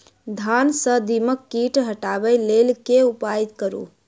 धान सँ दीमक कीट हटाबै लेल केँ उपाय करु?